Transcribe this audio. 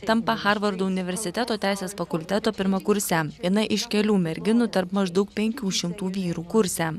tampa harvardo universiteto teisės fakulteto pirmakursejinai iš kelių merginų tarp maždaug penkių šimtų vyrų kurse